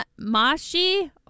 Mashi